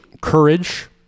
courage